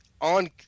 on